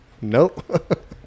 Nope